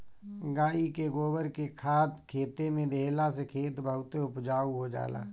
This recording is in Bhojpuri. गाई के गोबर के खाद खेते में देहला से खेत बहुते उपजाऊ हो जाला